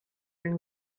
and